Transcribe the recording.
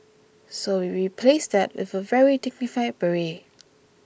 so we replaced that with a very dignified beret